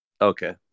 Okay